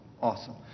Awesome